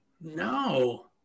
No